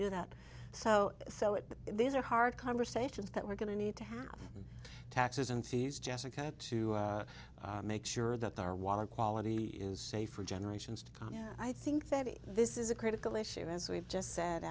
do that so so it these are hard conversations that we're going to need to have taxes and fees jessica to make sure that our water quality is safe for generations to come i think that this is a critical issue as we've just said